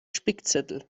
spickzettel